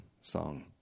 song